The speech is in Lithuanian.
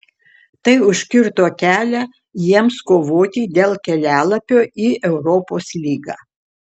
tai užkirto kelią jiems kovoti dėl kelialapio į europos lygą